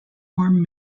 warm